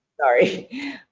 sorry